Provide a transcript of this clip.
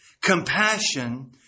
compassion